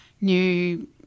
new